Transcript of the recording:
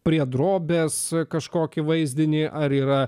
prie drobės kažkokį vaizdinį ar yra